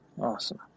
Awesome